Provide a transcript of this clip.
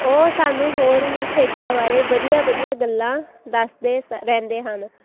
ਉਹ ਸਾਨੂੰ ਹੋਰ ਵੀ ਖੇਡਾਂ ਬਾਰੇ ਵਧੀਆ ਵਧੀਆ ਗੱਲਾਂ ਦੱਸਦੇ ਸ ਰਹਿੰਦੇ ਹਨ